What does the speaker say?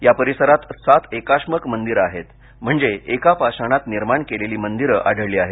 या परिसरात सात एकाश्मक मंदिरं म्हणजे एका पाषाणात निर्माण केलेली मंदिरं आढळली आहेत